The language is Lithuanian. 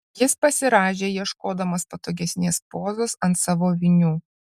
jis pasirąžė ieškodamas patogesnės pozos ant savo vinių